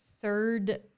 third